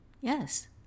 Yes